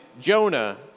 Jonah